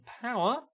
power